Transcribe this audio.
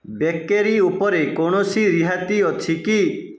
bakery ଉପରେ କୌଣସି ରିହାତି ଅଛି କି